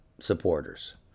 supporters